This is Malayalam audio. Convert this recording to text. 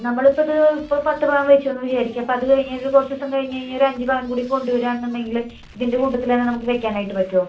നമ്മളിപ്പോള് അത് ഇപ്പോള് പത്ത് പവൻ വെച്ചു എന്നു വിചാരിക്കുക അപ്പം അതു കഴിഞ്ഞൊരു കുറച്ചു ദിവസം കഴിഞ്ഞ് ഒരഞ്ച് പവൻ കൂടി കൊണ്ടുവരാന്നുണ്ടെങ്കില് ഇതിന്റെ കൂട്ടത്തില്ത്തന്നെ നമുക്ക് വയ്ക്കാനായിട്ട് പറ്റുമോ